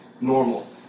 normal